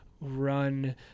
run